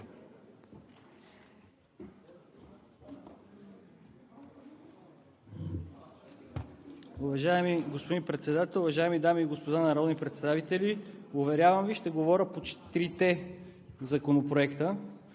Уважаеми господин Председател, уважаеми дами и господа народни представители! Уверявам Ви, ще говоря по четирите законопроекта,